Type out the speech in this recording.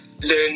learn